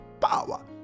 power